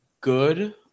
good